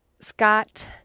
Scott